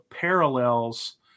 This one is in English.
parallels